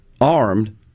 armed